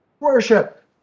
Worship